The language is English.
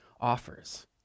offers